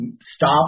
stop